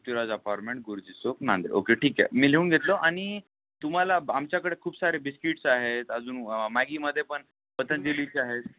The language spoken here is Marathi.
श्रीराज अपार्टमेंट गुरुजी चौक नांदेड ओके ठीक आहे मी लिहून घेतो आणि तुम्हाला आमच्याकडे खूप सारे बिस्किट्स आहेत अजून मॅगीमध्येपण पतंजलीचे आहेत